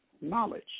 knowledge